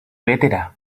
bétera